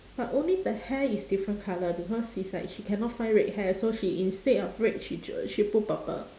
but only the hair is different colour because she's like she cannot find red hair so she instead of red she ju~ she put purple